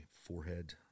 forehead